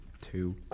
two